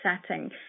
setting